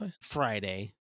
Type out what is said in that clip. Friday